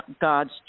God's